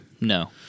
no